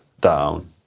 down